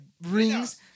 rings